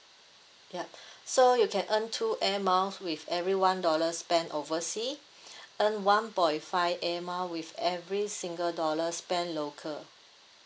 yup so you can earn two air miles with every one dollar spent oversea earn one point five air mile with every single dollar spent local